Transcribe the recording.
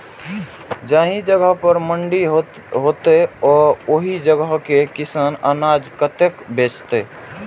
जाहि जगह पर मंडी हैते आ ओहि जगह के किसान अनाज कतय बेचते?